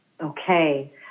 Okay